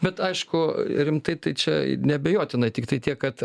bet aišku rimtai tai čia neabejotinai tiktai tiek kad